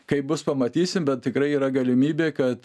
kaip bus pamatysim bet tikrai yra galimybė kad